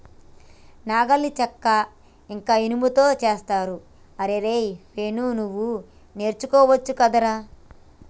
నాగలిని చెక్క ఇంక ఇనుముతో చేస్తరు అరేయ్ వేణు నువ్వు నేర్చుకోవచ్చు గదరా